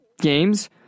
games